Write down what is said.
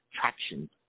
traction